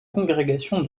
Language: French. congrégation